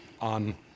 on